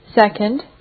second